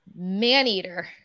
man-eater